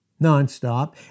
nonstop